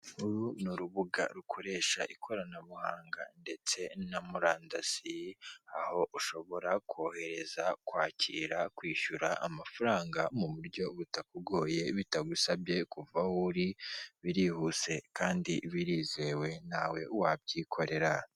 Uru ni urubuga rukoresha ikoranabuhanga ndetse na murandasi, aho ushobora kohereza, kwakira, kwishyura amafaranga mu buryo butakugoye bitagusabye kuva aho uri, birihuse kandi birizewe nawe wabyikorera.